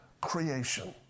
creation